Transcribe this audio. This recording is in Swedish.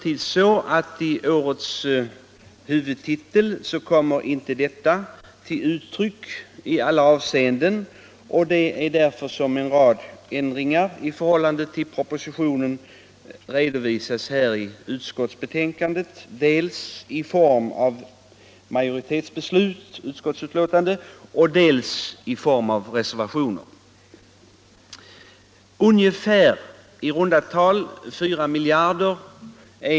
I årets huvudtitel kommer emellertid inte detta till uttryck i alla avseenden. Därför redovisas i utskottsbetänkandet en rad ändringar i förhållande till propositionen, dels i form av majoritetsbeslut, dels i form av reservationer.